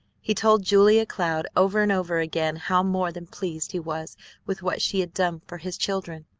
he told julia cloud over and over again how more than pleased he was with what she had done for his children,